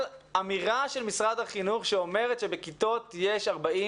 אמירה של משרד החינוך שאומרת שבכיתות יש 45